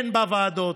הן בוועדות,